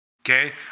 Okay